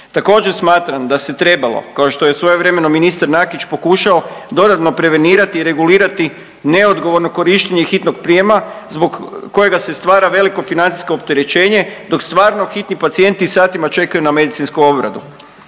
Također smatra da se trebalo, kao što je svojevremeno ministar Nakić pokušao dodatno prevenirati i regulirati neodgovorno korištenje hitnog prijema zbog kojega se stvara veliko financijsko opterećenje dok stvarno hitni pacijenti satima čekaju na medicinsku obradu.